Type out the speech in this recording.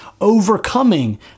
overcoming